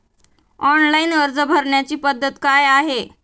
Online अर्ज भरण्याची पद्धत काय आहे?